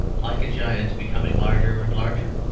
like a giant, becoming larger and larger,